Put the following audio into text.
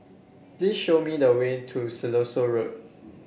please show me the way to Siloso Road